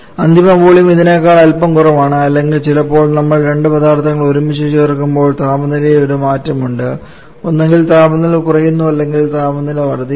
അന്തിമ വോളിയം ഇതിനെക്കാൾ അല്പം കുറവാണ് അല്ലെങ്കിൽ ചിലപ്പോൾ നമ്മൾരണ്ട് പദാർത്ഥങ്ങൾ ഒരുമിച്ച് ചേർക്കുമ്പോൾ താപനിലയിൽ ഒരു മാറ്റമുണ്ട് ഒന്നുകിൽ താപനില കുറയുന്നു അല്ലെങ്കിൽ താപനില വർദ്ധിക്കുന്നു